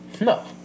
no